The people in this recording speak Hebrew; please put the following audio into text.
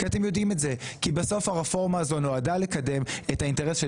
אתם יודעים את זה כי בסוף הרפורמה הזאת נועדה לקדם את האינטרס של